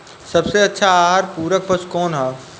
सबसे अच्छा आहार पूरक पशु कौन ह?